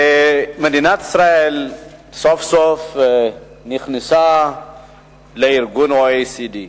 מדינת ישראל סוף-סוף נכנסה ל-OECD.